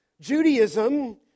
Judaism